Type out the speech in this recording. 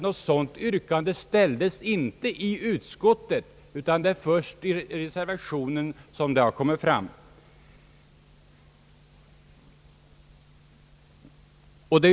Något sådant yrkande ställdes inte i utskottet, utan det är först i reservationen som det har kommit fram.